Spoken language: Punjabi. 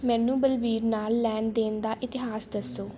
ਮੈਨੂੰ ਬਲਬੀਰ ਨਾਲ ਲੈਣ ਦੇਣ ਦਾ ਇਤਿਹਾਸ ਦੱਸੋ